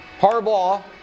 Harbaugh